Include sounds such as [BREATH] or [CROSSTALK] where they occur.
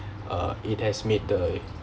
[BREATH] uh it has made the